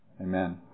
Amen